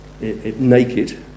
naked